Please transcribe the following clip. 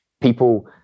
people